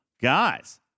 Guys